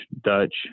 Dutch